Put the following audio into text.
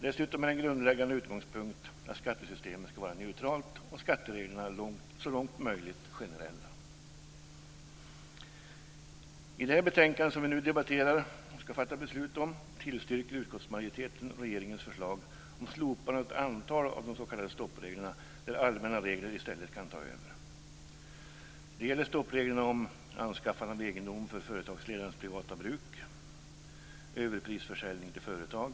Dessutom är en grundläggande utgångspunkt att skattesystemet ska vara neutralt och skattereglerna så långt som möjligt generella. I det betänkande som vi nu debatterar och ska fatta beslut om tillstyrker utskottsmajoriteten regeringens förslag om att slopa ett antal av de s.k. stoppreglerna, där allmänna regler i stället kan ta över. Det gäller stoppreglerna om anskaffande av egendom för företagsledarens privata bruk. Det gäller överprisförsäljning till företag.